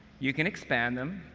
you can expand them,